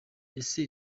ese